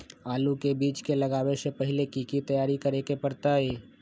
आलू के बीज के लगाबे से पहिले की की तैयारी करे के परतई?